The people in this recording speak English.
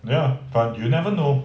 ya but you never know